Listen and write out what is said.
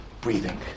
breathing